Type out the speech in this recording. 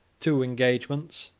two engagements,